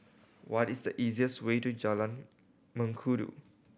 what is the easiest way to Jalan Mengkudu